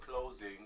closing